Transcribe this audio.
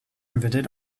invented